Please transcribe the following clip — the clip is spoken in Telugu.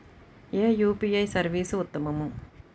ఏ యూ.పీ.ఐ సర్వీస్ ఉత్తమము?